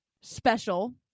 special